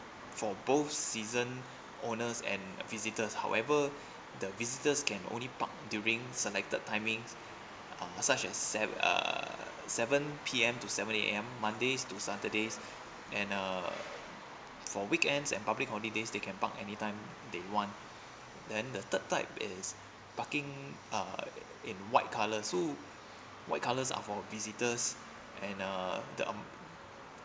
for both season owners and visitors however the visitors can only park during selected timings uh such a sev~ uh seven P_M to seven A_M mondays to saturdays and uh for weekends and public holidays they can park anytime they want then the third type is parking uh in white colours so white colours are for visitors and uh the